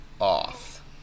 off